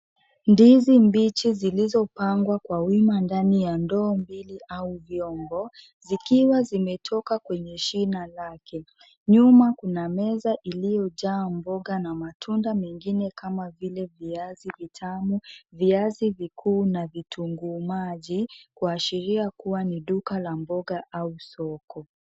Ndizi mbichi zilizopangwa kwa wima ndani ya ndoo mbili au vyombo vikiwa vimetoka kwenye shina lake. Nyuma kuna meza iliyojaa mboga na matunda mengine kama vile viazi vitamu, viazi vikuu na vitunguu maji kuashiria kuwa ni duka la mboga au soko.